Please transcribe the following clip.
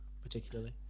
particularly